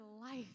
life